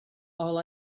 all